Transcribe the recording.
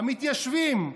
המתיישבים,